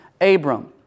Abram